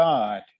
God